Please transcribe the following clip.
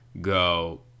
go